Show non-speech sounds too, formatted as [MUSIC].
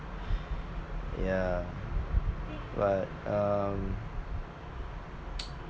yeah but um [NOISE]